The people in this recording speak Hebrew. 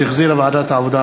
שהחזירה ועדת העבודה,